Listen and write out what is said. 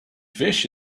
fish